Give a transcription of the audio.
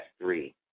three